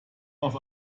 auf